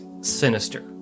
sinister